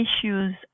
issues